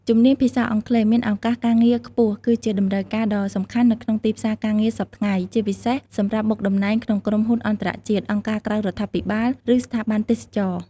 ជំនាញភាសាអង់គ្លេសមានឱកាសការងារខ្ពស់គឺជាតម្រូវការដ៏សំខាន់នៅក្នុងទីផ្សារការងារសព្វថ្ងៃ ជាពិសេសសម្រាប់មុខតំណែងក្នុងក្រុមហ៊ុនអន្តរជាតិ អង្គការក្រៅរដ្ឋាភិបាល ឬស្ថាប័នទេសចរណ៍។